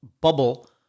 bubble